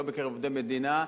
לא בקרב עובדי מדינה,